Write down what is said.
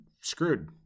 screwed